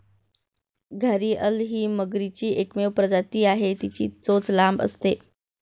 घारीअल ही मगरीची एकमेव प्रजाती आहे, तिची चोच लांब असते